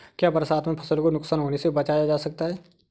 क्या बरसात में फसल को नुकसान होने से बचाया जा सकता है?